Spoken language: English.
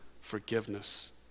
forgiveness